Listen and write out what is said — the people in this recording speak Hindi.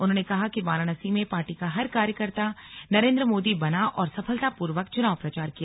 उन्होंने कहा कि वाराणसी में पार्टी का हर कार्यकर्ता नरेन्द्र मोदी बना और सफलतापूर्वक चुनाव प्रचार किया